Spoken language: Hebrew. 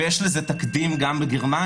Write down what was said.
ויש לזה תקדים גם בגרמניה,